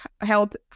health